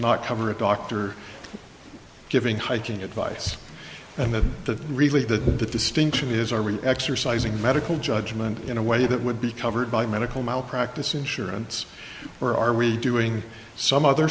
not cover it doctor giving hygiene advice and the really the distinction is are we exercising medical judgment in a way that would be covered by medical malpractise insurance or are we doing some other